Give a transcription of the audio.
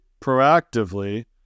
proactively